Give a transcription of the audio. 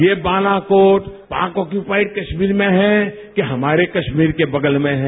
ये बालाकोट पाक ओक्यूपाइड कश्मीर में है के हमारे कश्मीर के बगल में है